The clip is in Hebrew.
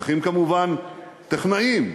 צריכים כמובן טכנאים.